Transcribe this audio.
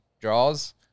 draws